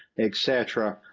et cetera.